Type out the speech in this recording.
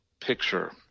picture